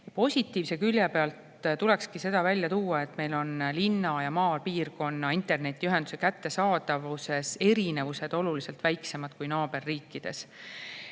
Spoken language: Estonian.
Positiivse külje pealt tulekski välja tuua seda, et meil on linna- ja maapiirkonnas internetiühenduse kättesaadavuse erinevus oluliselt väiksem kui naaberriikides.